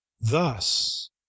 thus